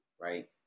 right